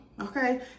okay